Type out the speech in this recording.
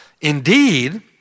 Indeed